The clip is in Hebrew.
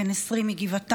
בן 20 מגבעתיים,